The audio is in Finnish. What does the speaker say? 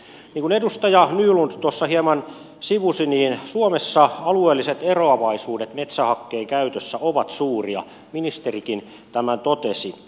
niin kuin edustaja nylund tuossa hieman tätä sivusi suomessa alueelliset eroavaisuudet metsähakkeen käytössä ovat suuria ministerikin tämän totesi